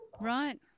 Right